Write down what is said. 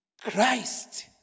Christ